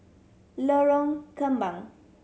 Lorong Kembang